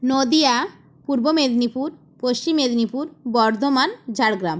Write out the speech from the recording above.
Nadia Purba Medinipur Paschim Medinipur Bardhaman Jhargram